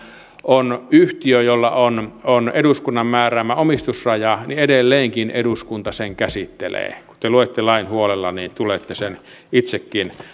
on yhtiö jolla on on eduskunnan määräämä omistusraja niin edelleenkin eduskunta sen käsittelee kun te luette lain huolella niin tulette sen itsekin